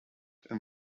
and